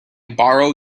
borrow